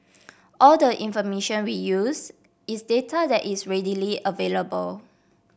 all the information we use is data that is readily available